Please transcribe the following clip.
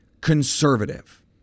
conservative